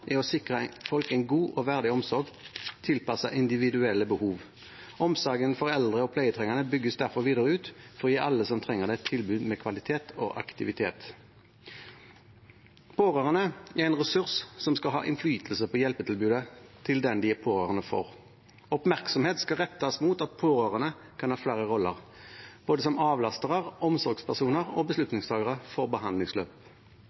er å sikre folk en god og verdig omsorg tilpasset individuelle behov. Omsorgen for eldre og pleietrengende bygges derfor videre ut for å gi alle som trenger det, et tilbud med kvalitet og aktivitet. Pårørende er en ressurs som skal ha innflytelse på hjelpetilbudet til den de er pårørende for. Oppmerksomhet skal rettes mot at pårørende kan ha flere roller, som både avlastere, omsorgspersoner og